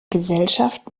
gesellschaft